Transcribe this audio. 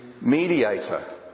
mediator